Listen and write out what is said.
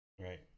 Right